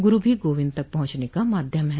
गुरू भी गोविन्द तक पहुंचने का माध्यम है